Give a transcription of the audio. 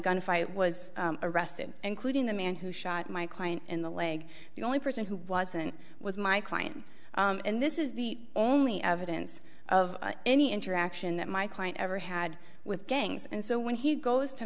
gunfight was arrested including the man who shot my client in the leg the only person who wasn't was my client and this is the only evidence of any interaction that my client ever had with gangs and so when he goes to